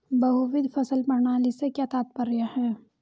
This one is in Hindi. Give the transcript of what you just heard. बहुविध फसल प्रणाली से क्या तात्पर्य है?